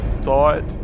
thought